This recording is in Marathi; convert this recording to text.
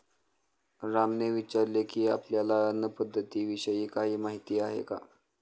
रामने विचारले की, आपल्याला अन्न पद्धतीविषयी काही माहित आहे का?